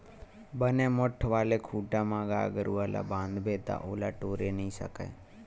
बने मोठ्ठ वाले खूटा म गाय गरुवा ल बांधबे ता ओला टोरे नइ सकय